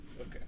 okay